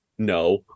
no